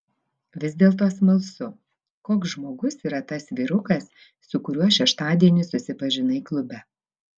vis dėlto smalsu koks žmogus yra tas vyrukas su kuriuo šeštadienį susipažinai klube